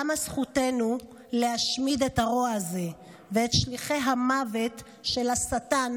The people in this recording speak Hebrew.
למה זכותנו להשמיד את הרוע הזה ואת שליחי המוות של השטן,